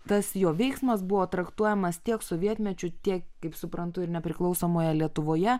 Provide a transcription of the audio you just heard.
tas jo veiksmas buvo traktuojamas tiek sovietmečiu tiek kaip suprantu ir nepriklausomoje lietuvoje